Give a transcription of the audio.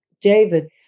David